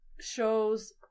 shows